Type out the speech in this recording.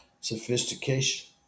Sophistication